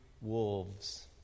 wolves